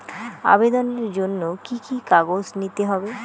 আবেদনের জন্য কি কি কাগজ নিতে হবে?